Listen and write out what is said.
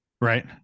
Right